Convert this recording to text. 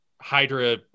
Hydra